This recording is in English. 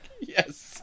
yes